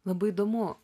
labai įdomu